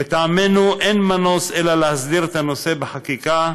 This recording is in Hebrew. לטעמנו, אין מנוס אלא להסדיר את הנושא בחקיקה,